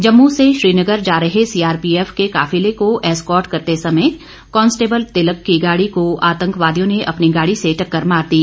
जम्मू से श्रीनगर जा रहे सीआरपीएफ के काफिले को एस्कॉट करते समय कॉन्स्टेबल तिलक की गाड़ी को आतंकवादियों ने अपनी गाड़ी से टक्कर मार दी